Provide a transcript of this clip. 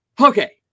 Okay